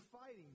fighting